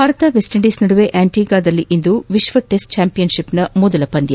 Bharat West Indies ನದುವೆ ಆಂಟಿಗುವಾದಲ್ಲಿಂದು ವಿಶ್ವ ಟೆಸ್ಟ್ ಚಾಂಪಿಯನ್ಶಿಪ್ನ ಪ್ರಥಮ ಪಂದ್ಯ